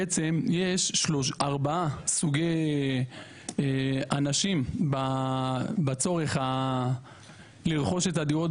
בעצם יש ארבע סוגי אנשים בצורך לרכוש את הדירות,